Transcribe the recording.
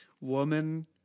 woman